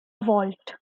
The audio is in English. vault